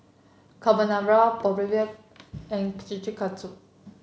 Carbonara Boribap and Kushikatsu